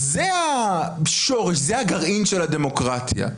זה השורש, זה הגרעין של הדמוקרטיה.